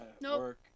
Nope